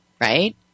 right